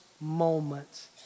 moments